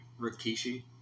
Rikishi